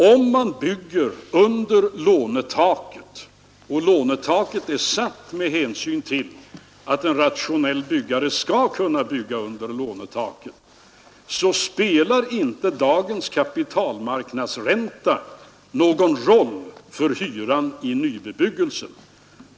Om man bygger under lånetaket — och lånetaket är satt med hänsyn till att en rationell byggare skall kunna bygga under lånetaket — spelar inte dagens kapitalmarknadsränta någon roll för hyran i nybebyggelsen.